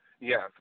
Yes